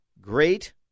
great